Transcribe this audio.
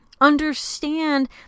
understand